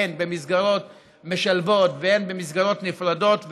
הן במסגרות משלבות והן במסגרות נפרדות,